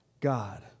God